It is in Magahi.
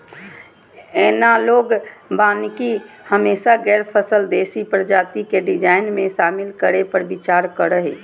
एनालॉग वानिकी हमेशा गैर फसल देशी प्रजाति के डिजाइन में, शामिल करै पर विचार करो हइ